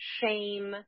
shame